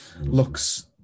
looks